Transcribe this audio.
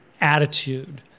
attitude